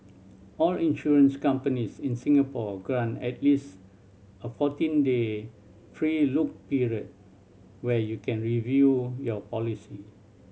all insurance companies in Singapore grant at least a fourteen day free look period where you can review your policy